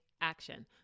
action